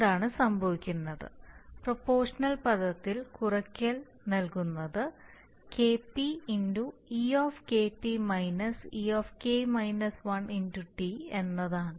എന്താണ് സംഭവിക്കുന്നത് പ്രൊപോഷണൽ പദത്തിൽ കുറയ്ക്കൽ നൽകുന്നത് KP e e T എന്നതാണ്